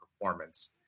performance